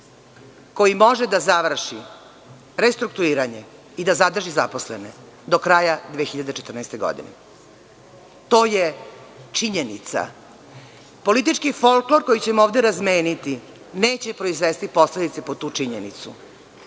koji može da završi restrukturiranje i da zadrži zaposlene do kraja 2014. godine. To je činjenica. Politički folklor koji ćemo ovde razmeniti neće proizvesti posledice po tu činjenicu.